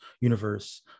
universe